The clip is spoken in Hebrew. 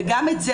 וגם את זה,